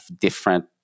different